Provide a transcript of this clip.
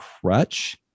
crutch